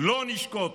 לא נשקוט